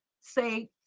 say